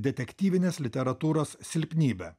detektyvinės literatūros silpnybė